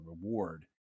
reward